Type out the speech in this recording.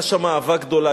היתה שם אהבה גדולה,